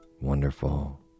wonderful